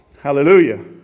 Hallelujah